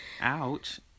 Ouch